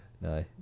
no